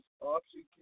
option